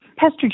Pastor